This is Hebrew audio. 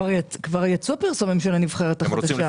גם יצאו פרסומים של הנבחרת החדשה.